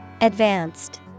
Advanced